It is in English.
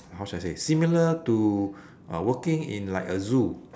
how should I say similar to uh working in like a zoo